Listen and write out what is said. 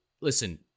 listen